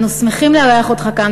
אנחנו שמחים לארח אותך כאן,